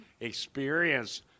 experience